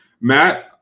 Matt